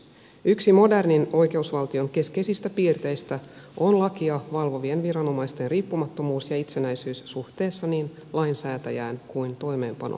yksi modernin oi keusvaltion keskeisistä piirteistä on lakia valvovien viranomaisten riippumattomuus ja itsenäisyys suhteessa niin lainsäätäjään kuin toimeenpanovaltaankin